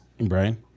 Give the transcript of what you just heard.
Brian